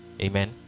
Amen